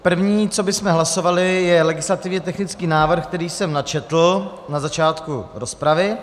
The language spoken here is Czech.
První, co bychom hlasovali, je legislativně technický návrh, který jsem načetl na začátku rozpravy.